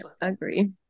Agree